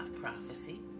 prophecy